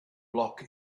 block